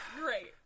great